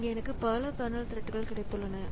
இங்கே எனக்கு பல கர்னல் த்ரெட்கள் கிடைத்துள்ளன